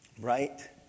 Right